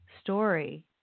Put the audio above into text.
story